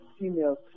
female